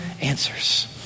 answers